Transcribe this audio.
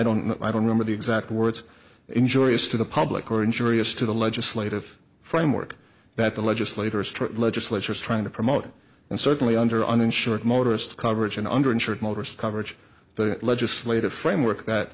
don't i don't remember the exact words injurious to the public or injurious to the legislative framework that the legislators legislature is trying to promote and certainly under uninsured motorist coverage and under insured motorists coverage the legislative framework that